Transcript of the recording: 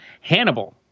Hannibal